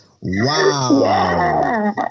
Wow